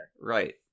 right